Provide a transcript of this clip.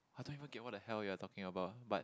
I don't even get what the hell you are talking about but